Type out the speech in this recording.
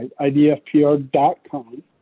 idfpr.com